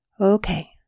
Okay